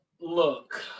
Look